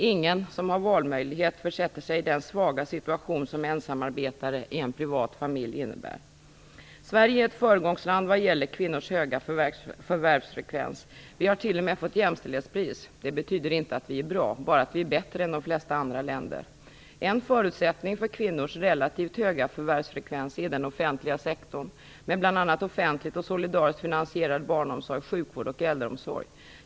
Ingen som har valmöjlighet sätter sig i den svaga situation som ensamarbete i en privat familj innebär. Sverige är ett föregångsland vad gäller kvinnors höga förvärvsfrekvens. Vi har t.o.m. fått jämställdhetspris. Det betyder inte att vi är bra, bara att vi är bättre än de flesta andra länder. En förutsättning för kvinnors relativt höga förvärvsfrekvens är den offentliga sektorn med bl.a. offentligt och solidariskt finansierade barnomsorg, sjukvård och äldreomsorg.